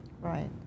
Right